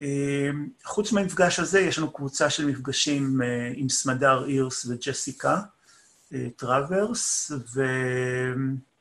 חוץ מהמפגש הזה, יש לנו קבוצה של מפגשים עם סמדר אירס וג'סיקה טראברס, ו...